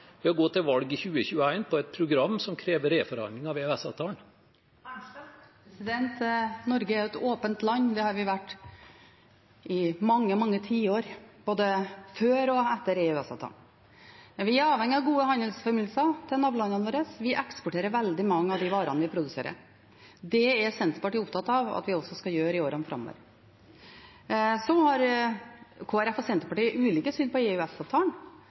ved å gå til valg i 2021 på et program som krever reforhandling av EØS-avtalen? Norge er et åpent land. Det har vi vært i mange, mange tiår, både før og etter EØS-avtalen. Men vi er avhengig av gode handelsforbindelser med nabolandene våre – vi eksporterer veldig mange av de varene vi produserer, og det er Senterpartiet opptatt av at vi også skal gjøre i årene framover. Så har Kristelig Folkeparti og Senterpartiet ulikt syn på